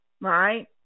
right